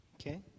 Okay